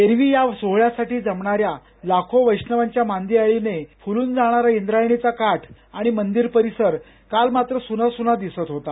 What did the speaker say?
एरवी या सोहळ्यासाठी जमणाऱ्या लाखो वैष्णवांच्या मांदियाळीने फुलून जाणारा इंद्रायणीचा काठ आणि मंदिर परिसर काल मात्र सुना सुना दिसत होता